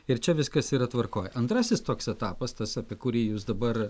ir čia viskas yra tvarkoj antrasis toks etapas tas apie kurį jūs dabar